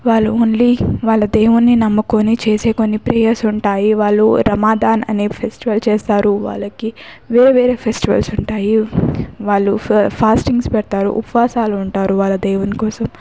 వాళ్ళు ఓన్లీ వాళ్ళ దేవున్ని నమ్ముకుని చేసే కొన్ని ప్రేయర్స్ ఉంటాయి వాళ్ళు రమదాన్ అనే ఫెస్టివల్ చేస్తారు వాళ్ళకి వేరే వేరే ఫెస్టివల్స్ ఉంటాయి వాళ్ళు ఫాస్టింగ్స్ పెడతారు ఉపవాసాలు ఉంటారు వాళ్ళ దేవుని కోసం